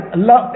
Allah